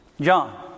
John